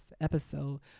episode